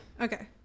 Okay